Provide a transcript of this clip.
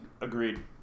Agreed